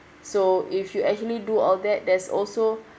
so if you actually do all that there's also